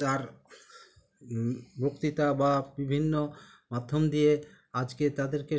তার বক্তৃতা বা বিভিন্ন মাধ্যম দিয়ে আজকে তাদেরকে